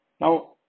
Now